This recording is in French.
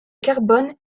carbone